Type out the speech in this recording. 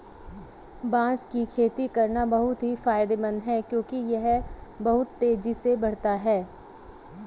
बांस की खेती करना बहुत ही फायदेमंद है क्योंकि यह बहुत तेजी से बढ़ता है